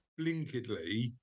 blinkedly